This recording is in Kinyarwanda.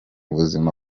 buzima